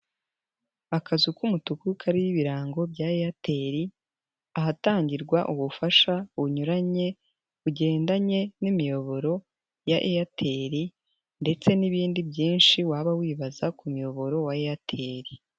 Akazu k'umutuku karirimo ibirango bya Airtel ahatangirwa ubufasha bunyuranye bugendanye n'imiyoboro ya Airtel ndetse n'ibindi byinshi waba wibaza ku muyoboro wa Airtel.